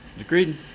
Agreed